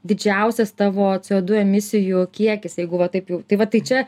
didžiausias tavo c o du emisijų kiekis jeigu va taip jau tai va tai čia